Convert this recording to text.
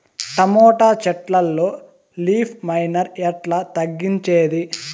Tomato చెట్లల్లో leaf miner ఎట్లా తగ్గించేది?